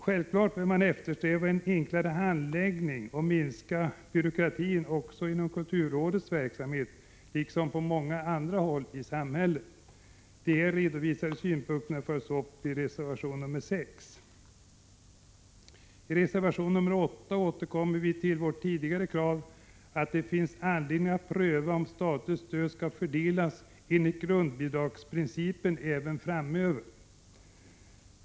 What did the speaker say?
Självklart bör man eftersträva en enklare handläggning och minskad byråkrati också inom kulturrådets verksamhet, liksom på många andra håll i samhället. De här redovisade synpunkterna följs upp i reservation nr 6. I reservation nr 8 återkommer vi till vårt tidigare krav att det finns anledning att pröva om statligt stöd skall fördelas enligt grundbidragsprincipen även framöver.